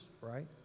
right